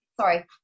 Sorry